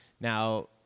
now